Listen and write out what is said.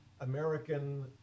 american